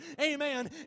Amen